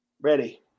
Ready